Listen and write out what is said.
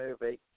movie